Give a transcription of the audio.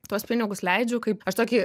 tuos pinigus leidžiu kaip aš tokį